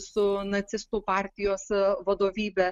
su nacistų partijos vadovybe